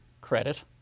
credit